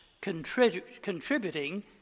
contributing